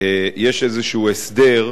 יש איזשהו הסדר,